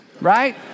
right